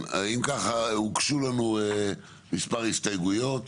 הוגשו לנו מספר הסתייגויות,